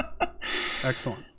Excellent